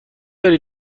داری